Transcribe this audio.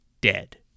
dead